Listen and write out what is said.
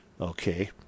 Okay